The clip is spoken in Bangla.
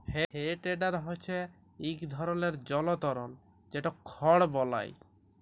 হে টেডার হচ্যে ইক ধরলের জলতর যেট খড় বলায়